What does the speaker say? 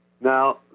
Now